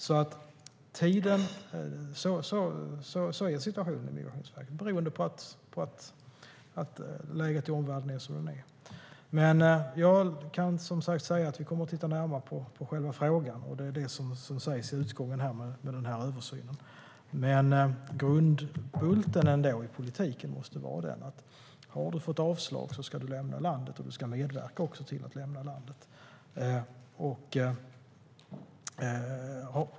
Så är situationen i Migrationsverket, beroende på att läget i omvärlden är som det är. Men vi kommer som sagt att titta närmare på själva frågan. Det är det som sägs i stycket om den här översynen. Grundbulten i politiken måste ändå vara att har du fått avslag ska du lämna landet. Du ska också medverka till att lämna landet.